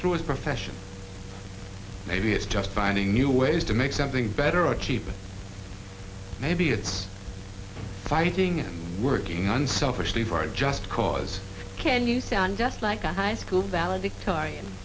through his profession maybe it's just finding new ways to make something better or cheaper maybe it's fighting and working on selfishly via just cause can you sound just like a high school valedictorian